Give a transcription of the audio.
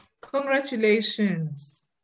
Congratulations